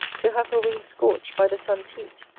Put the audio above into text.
to have her wings scorched by the sun's heat,